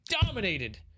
dominated